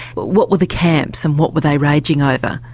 but what were the camps and what were they raging over?